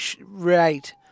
right